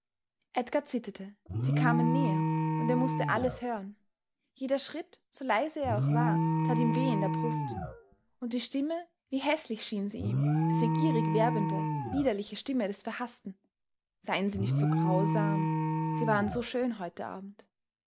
edgar zitterte sie kamen näher und er mußte alles hören jeder schritt so leise er auch war tat ihm weh in der brust und die stimme wie häßlich schien sie ihm diese gierig werbende widerliche stimme des verhaßten seien sie nicht grausam sie waren so schön heute abend